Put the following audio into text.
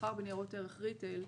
מסחר בניירות ערך ריטל,